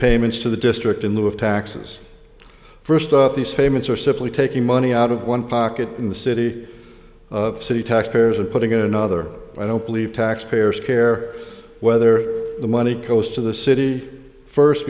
payments to the district in the of taxes first up these payments are simply taking money out of one pocket in the city of city taxpayers or putting it in another i don't believe taxpayers care whether the money goes to the city first